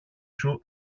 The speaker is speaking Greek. σου